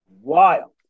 wild